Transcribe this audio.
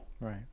Right